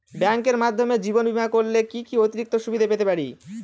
ব্যাংকের মাধ্যমে জীবন বীমা করলে কি কি অতিরিক্ত সুবিধে পেতে পারি?